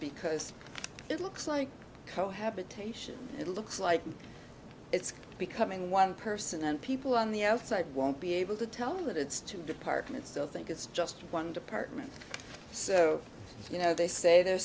because it looks like cohabitation it looks like it's becoming one person and people on the outside won't be able to tell it it's two departments still think it's just one department so you know they say they're